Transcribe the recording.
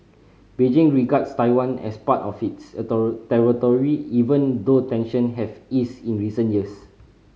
Beijing regards Taiwan as part of its territory even though tension have eased in recent years